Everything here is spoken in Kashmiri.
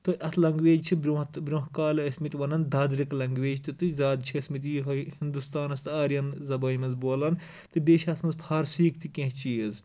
تہٕ اَتھ لیگویج چھِ برۄنٛہہ تہِ برونٛہہ کالہِ ٲسۍ مٕتۍ وَنان دادِرک لیگویج تہِ تہٕ زیادٕ چھِ ٲسۍ مٕتۍ یہِ یِہوے ہُنٛدُستانَس تہٕ آرین زبٲنۍ منٛز بولان تہٕ بیٚیہِ چھِ اَتھ منٛز فارسی یٕک تہِ کیٚنٛہہ چیٖز